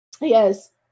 yes